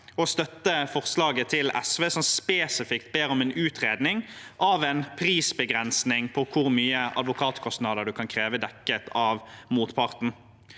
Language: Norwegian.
støtte forslaget til SV, der det spesifikt bes om en utredning av en prisbegrensning på hvor mye advokatkostnader man kan kreve dekket av motparten.